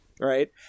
Right